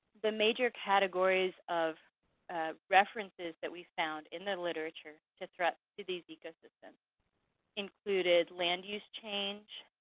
the major categories of references that we found in the literature, to threats to these ecosystems included land use change,